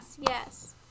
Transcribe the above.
Yes